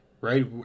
right